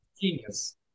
genius